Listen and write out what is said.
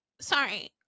Sorry